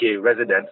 residents